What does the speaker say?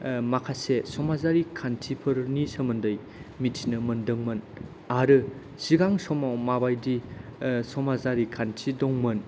माखासे समाजारि खान्थिफोरनि सोमोन्दै मिथिनो मोनदोंमोन आरो सिगां समाव माबायदि समाजारि खान्थि दंमोन